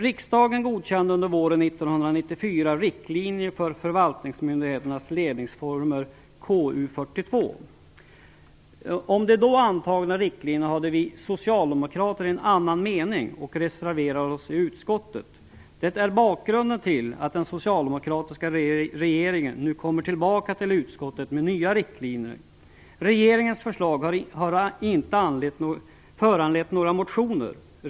Vi socialdemokrater hade en annan mening om de då antagna riktlinjerna, och vi reserverade oss i utskottet. Det är bakgrunden till att den socialdemokratiska regeringen nu kommer tillbaka till utskottet med nya riktlinjer. Regeringens förslag har inte föranlett några motioner.